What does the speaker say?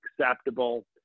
acceptable